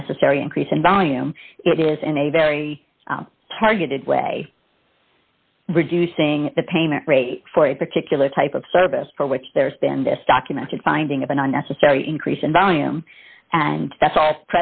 unnecessary increase in volume it is in a very targeted way reducing the payment rate for a particular type of service for which there's been this documented finding of an unnecessary increase in volume and that's all